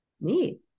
Neat